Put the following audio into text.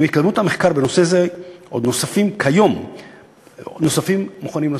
עם התקדמות המחקר בנושא זה כיום נוספים מכונים.